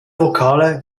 vokale